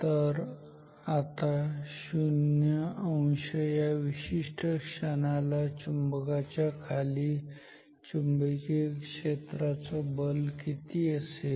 तर आता 0 अंश या विशिष्ट क्षणाला चुंबकाच्या खाली चुंबकीय क्षेत्राचं बल किती असेल